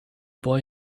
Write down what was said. boy